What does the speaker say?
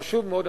חשובה מאוד,